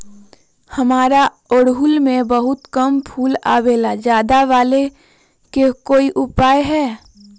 हमारा ओरहुल में बहुत कम फूल आवेला ज्यादा वाले के कोइ उपाय हैं?